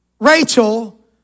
Rachel